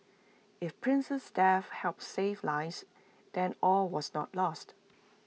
if prince's death helps save lives then all was not lost